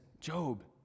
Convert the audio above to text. Job